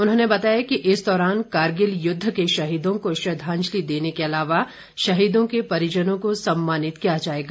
उन्होंने बताया कि इस दौरान कारगिल युद्ध के शहीदों को श्रद्धांजलि देने के अलावा शहीदों के परिजनों को सम्मानित किया जाएगा